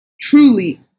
truly